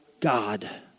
God